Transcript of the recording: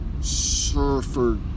surfer